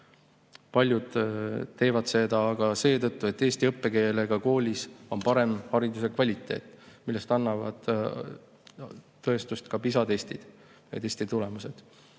Paljud teevad seda aga seetõttu, et eesti õppekeelega koolis on parem hariduse kvaliteet, millest annavad tõestust ka PISA testide tulemused.